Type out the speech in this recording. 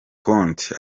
conte